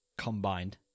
Combined